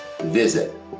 visit